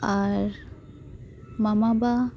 ᱟᱨ ᱢᱟᱢᱟᱵᱟ